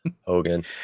Hogan